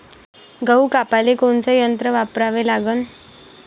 गहू कापाले कोनचं यंत्र वापराले लागन?